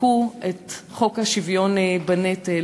מחקו את חוק השוויון בנטל